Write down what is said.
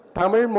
Tamil